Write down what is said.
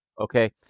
Okay